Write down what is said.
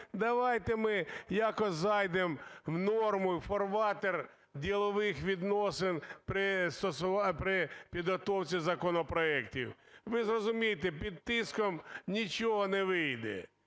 давайте ми якось зайдемо в норму, у фарватер ділових відносин при підготовці законопроектів. Ви зрозумійте, під тиском нічого не вийде,